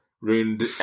ruined